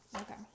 Okay